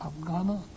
Afghanistan